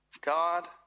God